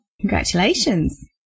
Congratulations